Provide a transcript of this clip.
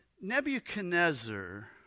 Nebuchadnezzar